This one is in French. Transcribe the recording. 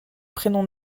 prénom